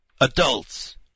adults